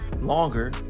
longer